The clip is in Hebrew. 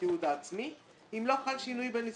התיעוד העצמי אם לא חל שינוי בנסיבות.